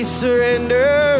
surrender